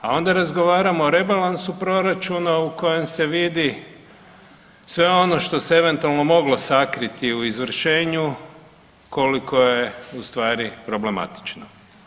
A onda razgovaramo o rebalansu proračuna u kojem se vidi sve ono što se eventualno moglo sakriti u izvršenju koliko je ustvari problematično.